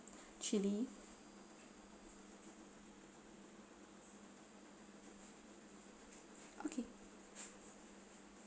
chilli okay